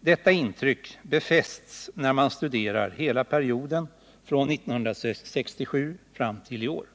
Detta intryck befästs när man studerar hela perioden från 1967 fram till iår.